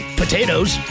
potatoes